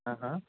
ఆహా